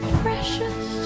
precious